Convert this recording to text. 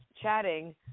chatting